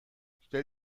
stell